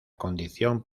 condición